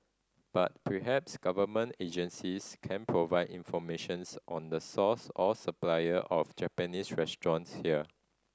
but perhaps government agencies can provide informations on the source or supplier of Japanese restaurants here